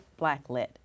Blacklit